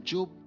Job